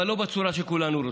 אבל לא בצורה שכולנו רוצים.